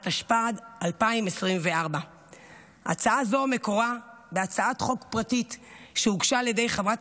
התשפ"ד 2024. הצעה זו מקורה בהצעת חוק פרטית שהוגשה על ידי חברת